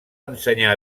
ensenyar